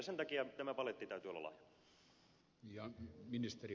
sen takia tämän paletin täytyy olla laaja